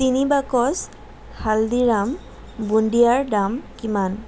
তিনি বাকচ হালদিৰাম বুণ্ডিয়াৰ দাম কিমান